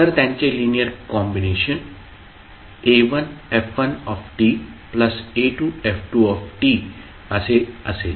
तर त्यांचे linear combination a1f1ta2f2t असे असेल